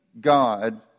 God